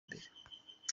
imbere